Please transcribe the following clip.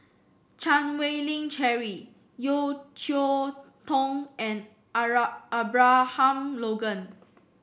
Chan Wei Ling Cheryl Yeo Cheow Tong and Ara Abraham Logan